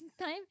time